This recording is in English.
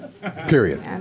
period